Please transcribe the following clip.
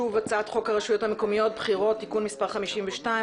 הנושא על הפרק שוב: הצעת חוק הרשויות המקומיות (בחירות) (תיקון מס' 52,